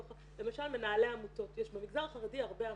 למשל מנהלי עמותות במגזר החרדי יש הרבה עמותות,